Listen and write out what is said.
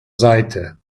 seite